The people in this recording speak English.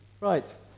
Right